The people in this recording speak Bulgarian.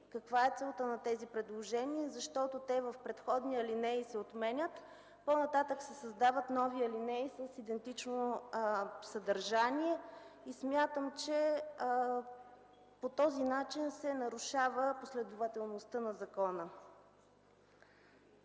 каква е целта на тези предложения, защото те в предходни алинеи се отменят. По-нататък се създават нови алинеи с идентично съдържание и смятам, че по този начин се нарушава последователността на закона.